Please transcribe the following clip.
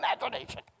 imagination